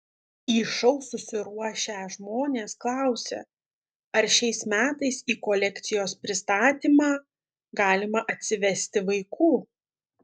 į šou susiruošę žmonės klausia ar šiais metais į kolekcijos pristatymą galima atsivesti vaikų